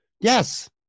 Yes